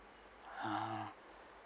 ah